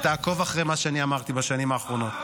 תעקוב אחרי מה שאני אמרתי בשנים האחרונות.